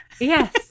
Yes